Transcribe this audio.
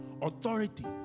Authority